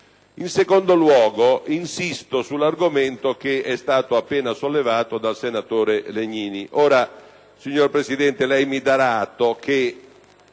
In secondo luogo, insisto sull'argomento appena sollevato dal senatore Legnini.